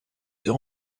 deux